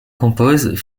compose